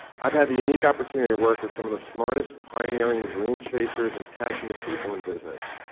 i have had the unique opportunity to work with some of the smartest pioneering dream chasers and passionate people in business.